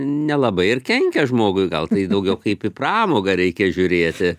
nelabai ir kenkia žmogui gal tai daugiau kaip į pramogą reikia žiūrėti